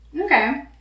Okay